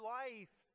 life